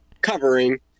covering